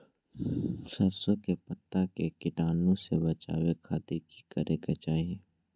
सरसों के पत्ता के कीटाणु से बचावे खातिर की करे के चाही?